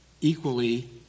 equally